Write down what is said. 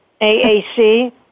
AAC